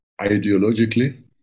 ideologically